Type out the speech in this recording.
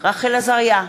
רחל עזריה,